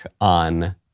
on